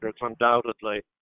undoubtedly